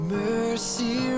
mercy